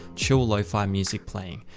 chill, low five music playing.